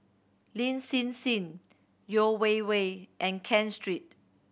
Lin Hsin Hsin Yeo Wei Wei and Ken Street